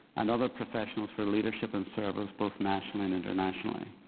and other professionals for leadership and service, both nationally and internationally.